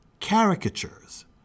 caricatures